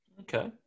Okay